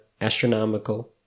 astronomical